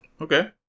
Okay